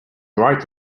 bright